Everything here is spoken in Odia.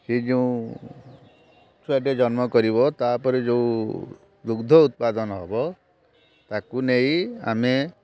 ସେ ଯେଉଁ ଛୁଆଟିଏ ଜନ୍ମ କରିବ ତା'ପରେ ଯେଉଁ ଦୁଗ୍ଧ ଉତ୍ପାଦନ ହେବ ତାକୁ ନେଇ ଆମେ